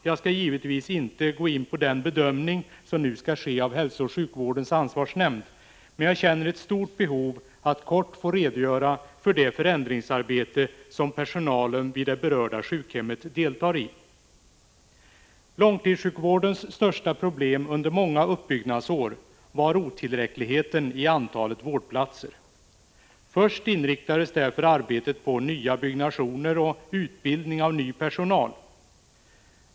Jag skall givetvis inte gå in på den bedömning som nu skall ske av hälsooch sjukvårdens ansvarsnämnd, men jag känner ett stort behov att kort få redogöra för det förändringsarbete som personalen vid det berörda sjukhemmet deltar i. Långtidssjukvårdens största problem under många uppbyggnadsår, var otillräckligheten i antalet vårdplatser. Först inriktades därför arbetet på nya byggnationer och utbildning av ny personal.